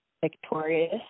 victorious